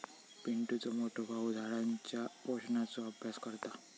पिंटुचो मोठो भाऊ झाडांच्या पोषणाचो अभ्यास करता